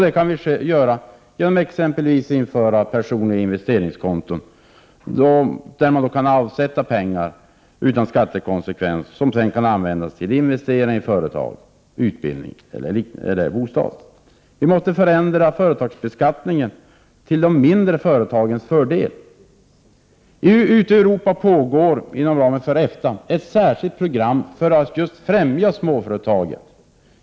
Det kan vi göra genom att t.ex. införa personliga investeringskonton där pengar kan avsättas utan skattekonsekvenser och sedan användas till investeringar i företag, till utbildning eller till bostäder. Vi måste förändra företagsbeskattningen till de mindre företagens fördel. Ute i Europa pågår, inom ramen för EFTA, ett särskilt program för att främja just småföretagen.